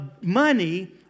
money